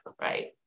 right